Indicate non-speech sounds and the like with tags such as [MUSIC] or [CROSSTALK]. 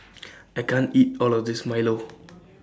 I can't eat All of This Milo [NOISE]